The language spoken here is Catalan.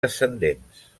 descendents